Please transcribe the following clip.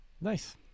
nice